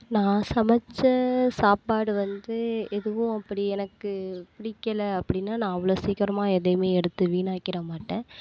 நான் சமைச்ச சாப்பாடு வந்து எதுவும் அப்படி எனக்கு பிடிக்கலை அப்படின்னா நான் அவ்வளோ சீக்கிரமாக எதையுமே எடுத்து வீணாக்கிற மாட்டேன்